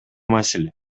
маселе